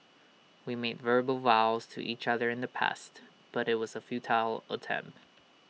we made verbal vows to each other in the past but IT was A futile attempt